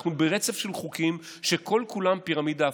אנחנו ברצף של חוקים שכל-כולם פירמידה הפוכה.